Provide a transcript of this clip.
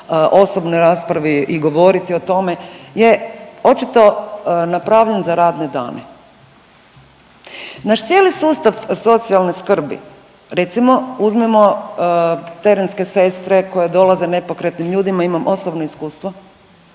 osobnoj raspravi i govoriti o tome je očito napravljen za radne dane. Naš cijeli sustav socijalne skrbi recimo uzmimo terenske sestre koje dolaze nepokretnim ljudima, imam osobno iskustvo.